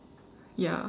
ya